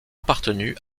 appartenu